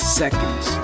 seconds